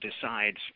decides